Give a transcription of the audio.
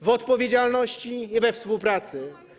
W odpowiedzialności i we współpracy.